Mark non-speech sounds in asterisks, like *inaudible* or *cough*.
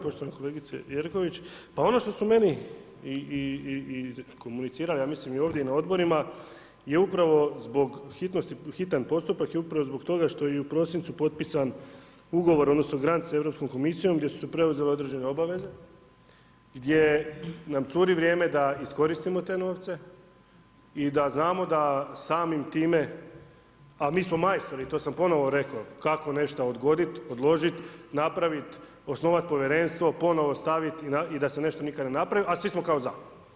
Poštovana kolegice Jerković, pa ono što su meni i komunicirali ja mislim i ovdje i na odborima jer upravo hitan postupak je upravo zbog toga što je u prosincu potpisan ugovor odnosno ... *unintelligible* s Europskom komisijom gdje su se preuzele određene obaveze, gdje nam curi vrijeme da iskoristimo te novce i da znamo da samim time, a mi smo majstori, to sam ponovo rekao, kako nešto odgoditi, odložiti, napraviti, osnovat povjerenstvo, ponovo staviti i da e nešto nikad ne napravi, a svi smo kao za.